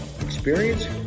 experience